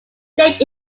late